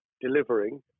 delivering